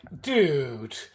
dude